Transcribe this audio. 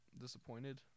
disappointed